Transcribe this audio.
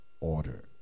order